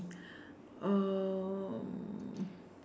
um